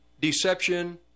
Deception